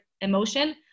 emotion